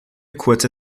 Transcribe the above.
kurze